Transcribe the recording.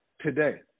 today